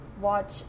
watch